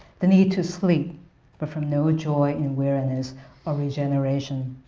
the need to sleep but from no ah joy in weariness or regeneration.